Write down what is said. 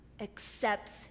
accepts